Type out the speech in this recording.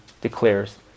declares